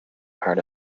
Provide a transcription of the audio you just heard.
part